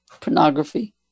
Pornography